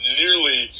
nearly